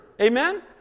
Amen